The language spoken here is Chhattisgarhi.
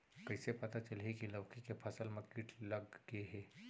कइसे पता चलही की लौकी के फसल मा किट लग गे हे?